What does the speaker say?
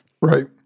Right